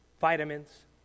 vitamins